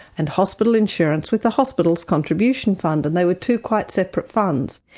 and hospital insurance with the hospitals contribution fund, and they were two quite separate funds.